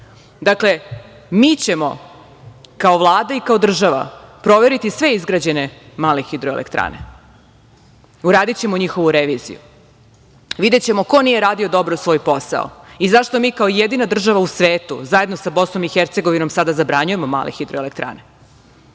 mi ćemo kao Vlada i kao država proveriti sve izgrađene male hidroelektrane. Uradićemo njihovu reviziju i videćemo ko nije radio dobro svoj posao i zašto mi kao jedina država u svetu, zajedno sa Bosnom i Hercegovinom, sada zabranjujemo male hidroelektrane.